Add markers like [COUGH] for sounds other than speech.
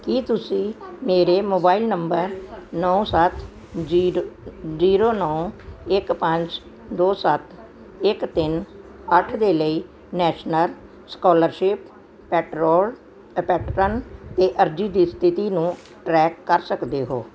ਕੀ ਤੁਸੀਂ ਮੇਰੇ mobile number ਨੌਂ ਸੱਤ ਜੀਰੋ ਜੀਰੋ ਨੌਂ ਇੱਕ ਪੰਜ ਦੋ ਸੱਤ ਇੱਕ ਤਿੰਨ ਅੱਠ ਦੇ ਲਈ ਨੈਸ਼ਨਲ ਸਕਾਲਰਸ਼ਿਪ ਪਟਰੋਲ [UNINTELLIGIBLE] 'ਤੇ ਅਰਜ਼ੀ ਦੀ ਸਥਿਤੀ ਨੂੰ ਟਰੈਕ ਕਰ ਸਕਦੇ ਹੋ